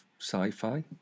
sci-fi